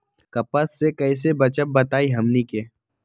कपस से कईसे बचब बताई हमनी के?